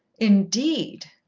indeed!